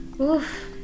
oof